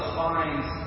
finds